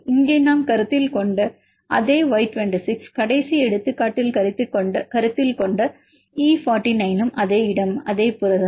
இங்கே நாம் கருத்தில் கொண்ட அதே Y26 கடைசி எடுத்துக்காட்டில் கருத்தில் கொண்ட E49ம் அதே இடம் அதே புரதம்